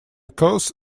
cause